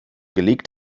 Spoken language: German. gelegt